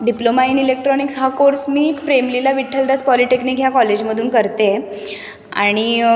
diploma in electronics हा course मी Premlila Vithaldas polytechnic ह्या कॉलेजमधून करते आहे आणि